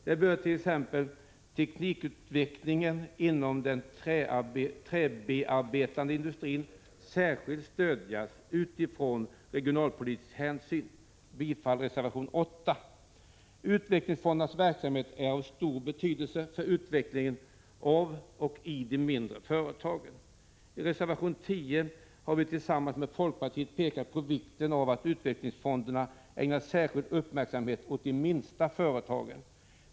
Så bör t.ex. teknikutvecklingen inom den träbearbetande industrin särskilt stödjas utifrån regionalpolitiska hänsyn. Jag yrkar bifall till reservation 8. Utvecklingsfondernas verksamhet är av stor betydelse för utvecklingen av och i de mindre företagen. I reservation 10 har vi tillsammans med folkpartiet pekat på vikten av att utvecklingsfonderna ägnar särskild uppmärksamhet åt de minsta företagen.